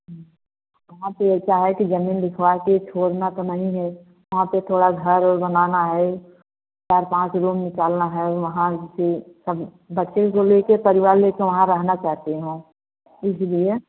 वहाँ पर ऐसा है कि जमीन दिखवा के छोड़ना तो नहीं है वहाँ पर थोड़ा घर वर बनाना है चार पाँच रूम निकालना है वहाँ पर सब बच्चे को लेके परिवार लेके वहाँ रहना चाहते हैं इसलिए